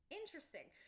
interesting